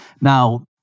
Now